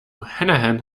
hanahan